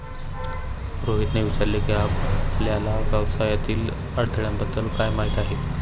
रोहितने विचारले की, आपल्याला व्यवसायातील अडथळ्यांबद्दल काय माहित आहे?